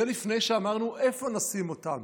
זה לפני שאמרנו איפה נשים אותם,